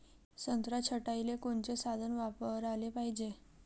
संत्रा छटाईले कोनचे साधन वापराले पाहिजे?